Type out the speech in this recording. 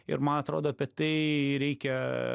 ir man atrodo kad tai reikia